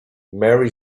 mary